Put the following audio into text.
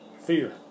fear